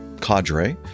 cadre